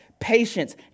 Patience